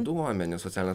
duomenys socialinės